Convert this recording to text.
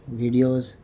videos